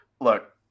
Look